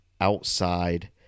outside